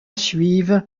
suivent